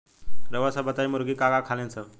रउआ सभ बताई मुर्गी का का खालीन सब?